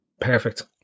perfect